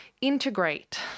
integrate